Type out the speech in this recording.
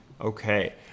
Okay